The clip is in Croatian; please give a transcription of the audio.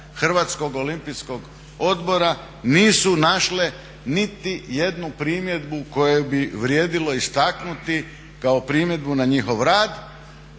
su kontrolirale rad HOO-a nisu našle nitijednu primjedbu koju bi vrijedilo istaknuti kao primjedbu na njihov rad.